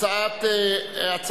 תודה רבה, אדוני